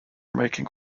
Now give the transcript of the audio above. making